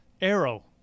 arrow